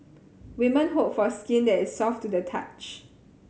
women hope for skin that is soft to the touch